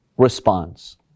Response